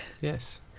Yes